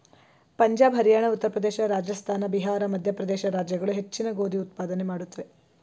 ಪಂಜಾಬ್ ಹರಿಯಾಣ ಉತ್ತರ ಪ್ರದೇಶ ರಾಜಸ್ಥಾನ ಬಿಹಾರ್ ಮಧ್ಯಪ್ರದೇಶ ರಾಜ್ಯಗಳು ಹೆಚ್ಚಿನ ಗೋಧಿ ಉತ್ಪಾದನೆ ಮಾಡುತ್ವೆ